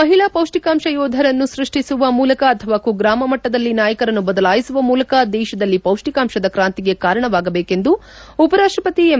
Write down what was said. ಮಹಿಳಾ ಪೌಷ್ಠಿಕಾಂಶ ಯೋಧರನ್ನು ಸೃಷ್ಟಿಸುವ ಮೂಲಕ ಅಥವಾ ಕುಗ್ರಾಮ ಮಟ್ಟದಲ್ಲಿ ನಾಯಕರನ್ನು ಬದಲಾಯಿಸುವ ಮೂಲಕ ದೇಶದಲ್ಲಿ ಪೌಷ್ಟಿಕಾಂಶದ ಕ್ರಾಂತಿಗೆ ಕಾರಣವಾಗಬೇಕೆಂದು ಉಪರಾಷ್ಷಪತಿ ಎಂ